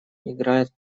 играет